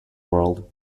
world